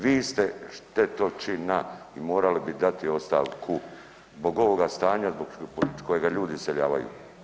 Vi ste štetočina i morali bi dati ostavku zbog ovoga stanja zbog kojega ljudi iseljavaju.